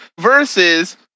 versus